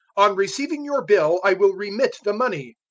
on receiving your bill i will remit the money.